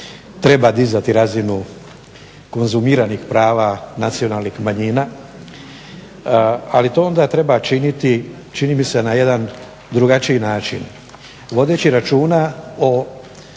treba dizati razinu konzumiranih prava nacionalnih manjina. Ali to onda treba činiti čini mi se na jedan drugačiji način. Vodeći računa o